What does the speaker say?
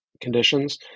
conditions